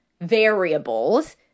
variables